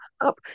up